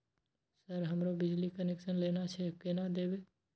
Sir हमरो बिजली connection लेना छे केना लेबे?